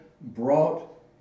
brought